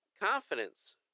confidence